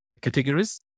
categories